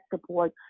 support